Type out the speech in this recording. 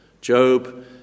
Job